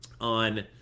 on